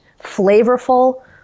flavorful